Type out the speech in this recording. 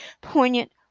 poignant